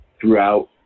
throughout